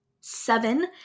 seven